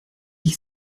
ich